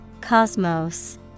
Cosmos